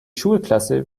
schulklasse